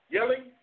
Yelling